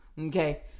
Okay